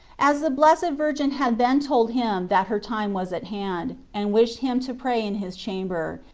as the blessed virgin had then told him that her time was at hand, and wished him to pray in his chamber,